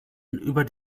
über